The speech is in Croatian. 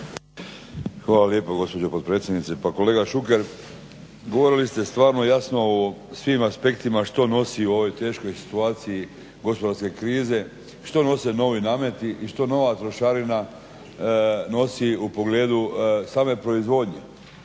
Hvala lijepo gospođo potpredsjednice. Pa kolega Šuker govorili ste stvarno jasno o svim aspektima što nosi u ovoj teškoj situaciji gospodarske krize što nose novi nameti i što nova trošarina nosi u pogledu same proizvodnje.